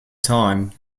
time